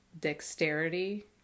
dexterity